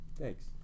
Thanks